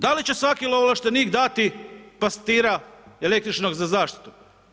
Da li će svaki ovlaštenik dati pastira električnog za zaštitu?